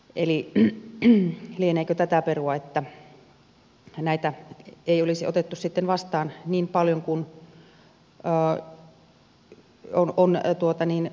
eli lieneekö tätä perua että näitä ei olisi otettu sitten vastaan niin paljon kuin on tilastoitu